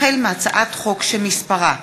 החלטת ועדת החוקה,